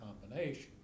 combination